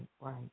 right